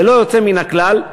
ללא יוצא מן הכלל,